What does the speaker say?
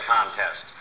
Contest